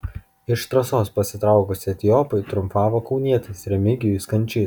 iš trasos pasitraukus etiopui triumfavo kaunietis remigijus kančys